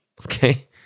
okay